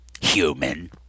Human